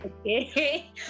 okay